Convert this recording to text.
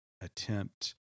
attempt